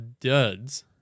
duds